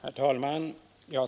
Fru talman!